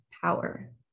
power